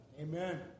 Amen